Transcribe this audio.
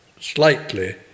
slightly